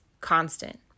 constant